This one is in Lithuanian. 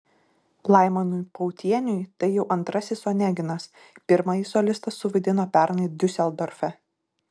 laimonui pautieniui tai jau antrasis oneginas pirmąjį solistas suvaidino pernai diuseldorfe